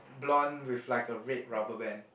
blond with like a red rubber band